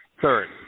Third